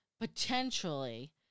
potentially